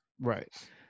Right